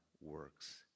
works